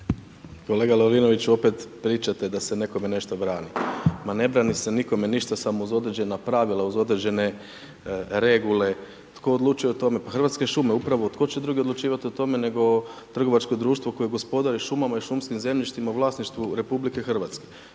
Kolega Lovrinoviću opet pričate da se nekome nešto brani, ma ne brani se nikome ništa samo uz određena pravila, uz određene regule, pa tko odlučuje o tome pa Hrvatske šume, pa tko će drugi odlučivat o tome nego trgovačko društvo koje gospodari šumama i šumskim zemljištima u vlasništvu RH. Ja vas